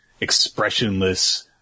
expressionless